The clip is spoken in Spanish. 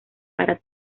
para